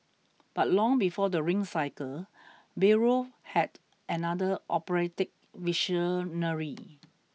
but long before the Ring cycle Bayreuth had another operatic visionary